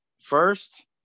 first